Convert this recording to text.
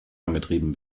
angetrieben